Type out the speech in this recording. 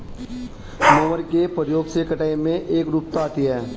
mower के प्रयोग से कटाई में एकरूपता आती है